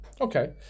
Okay